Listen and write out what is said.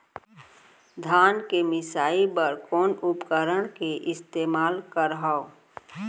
धान के मिसाई बर कोन उपकरण के इस्तेमाल करहव?